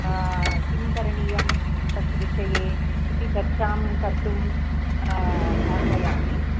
किं करणीयं तत् विषये इति चर्चां कर्तुम् आह्वयामि